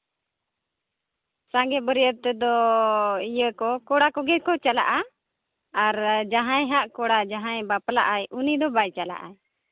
ᱥᱟᱸᱜᱮ ᱵᱟᱹᱨᱭᱟᱹ ᱛᱚ ᱤᱭᱟᱹ ᱠᱚ ᱠᱚᱲᱟ ᱜᱮᱠᱚ ᱪᱟᱞᱟᱜᱼᱟ ᱟᱨ ᱡᱟᱦᱟᱸᱭ ᱦᱟᱸᱜ ᱠᱚᱲᱟ ᱡᱟᱦᱟᱸᱭ ᱦᱟᱸᱜ ᱵᱟᱯᱞᱟᱜᱼᱟᱭ ᱩᱱᱤ ᱫᱚ ᱵᱟᱭ ᱪᱟᱞᱟᱜᱼᱟᱭ